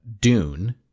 Dune